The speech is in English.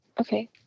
Okay